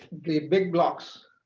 the big blocks